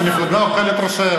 שהמפלגה אוכלת ראשיה,